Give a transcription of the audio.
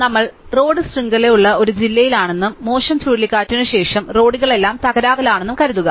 നമ്മൾ റോഡ് ശൃംഖലയുള്ള ഒരു ജില്ലയിലാണെന്നും മോശം ചുഴലിക്കാറ്റിനു ശേഷം റോഡുകളെല്ലാം തകരാറിലാണെന്നും കരുതുക